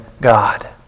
God